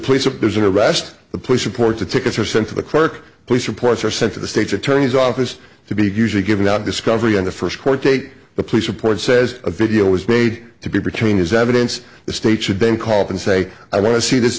police or there's an arrest the police report the tickets are sent to the clerk police reports are sent to the state's attorney's office to be usually given out discovery on the first court take the police report says a video was made to be between is evidence the state should then call up and say i want to see this